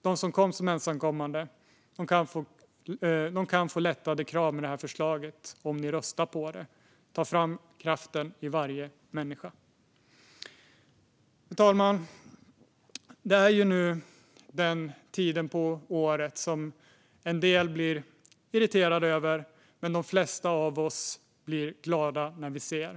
De som kom som ensamkommande kan få lättade krav med detta förslag om ni röstar på det. Ta fram kraften i varje människa! Fru talman! Det är nu den tiden på året då vi ser det som en del blir irriterade över men som de flesta av oss nog blir glada när vi ser.